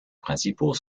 principaux